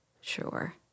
Sure